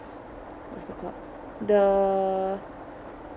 also got the